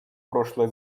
прошлое